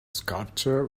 sculptor